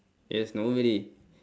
yes nobody